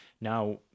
now